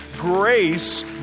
grace